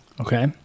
Okay